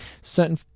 Certain